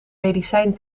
medicijn